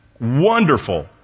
wonderful